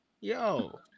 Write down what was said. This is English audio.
Yo